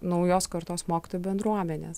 naujos kartos mokytojų bendruomenės